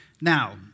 Now